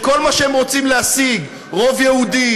את כל מה שהם רוצים להשיג: רוב יהודי,